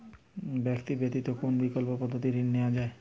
Bank ব্যতিত কোন বিকল্প পদ্ধতিতে ঋণ নেওয়া যায়?